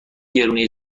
گرونی